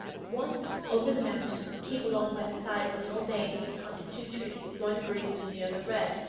once over the mountain keep along by the side of a little bay till you come to two trees, one green and the other red,